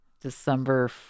December